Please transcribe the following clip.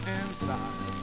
inside